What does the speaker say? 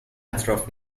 اطراف